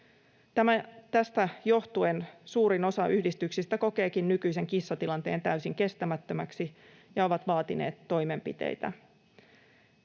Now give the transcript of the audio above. Tästä johtuen suurin osa yhdistyksistä kokeekin nykyisen kissatilanteen täysin kestämättömäksi, ja ne ovat vaatineet toimenpiteitä.